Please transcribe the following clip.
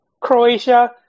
Croatia